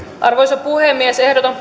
arvoisa puhemies ehdotan